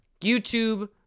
YouTube